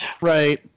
right